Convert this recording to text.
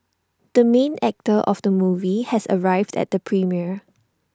the main actor of the movie has arrived at the premiere